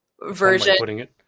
version